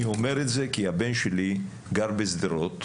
אני אומר את זה כי הבן שלי גר בשדרות.